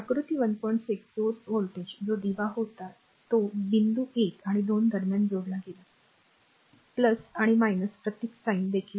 6 स्त्रोत व्होल्टेज जो दिवा होता तो बिंदू 1 आणि 2 दरम्यान जोडला गेला आणि प्रतीक साईन देखील दिले आहेत